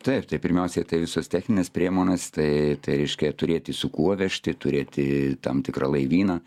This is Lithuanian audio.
taip tai pirmiausiai tai visos techninės priemonės tai tai reiškia turėti su kuo vežti turėti tam tikrą laivyną